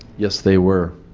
yes they were